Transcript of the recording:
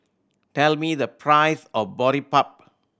tell me the price of Boribap